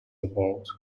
about